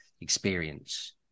experience